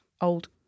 old